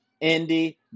Indy